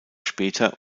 später